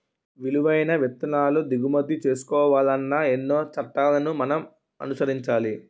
విలువైన విత్తనాలు దిగుమతి చేసుకోవాలన్నా ఎన్నో చట్టాలను మనం అనుసరించాలి